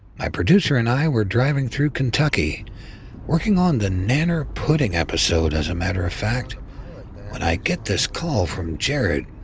my producer and i were driving down through kentucky working on the nanner pudding episode as a matter of fact when i get this call from jared.